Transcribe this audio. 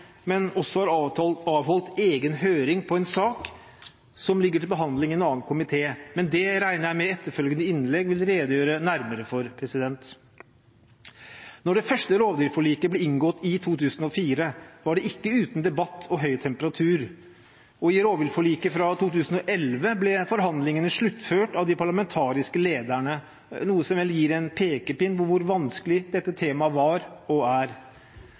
men også har avholdt en egen høring på en sak som ligger til behandling i en annen komité, men det regner jeg med at etterfølgende innlegg vil redegjøre nærmere for. Da det første rovviltforliket ble inngått i 2004, var det ikke uten debatt og høy temperatur, og i rovviltforliket fra 2011 ble forhandlingene sluttført av de parlamentariske lederne, noe som vel gir en pekepinn på hvor vanskelig dette temaet var og er.